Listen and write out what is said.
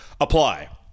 apply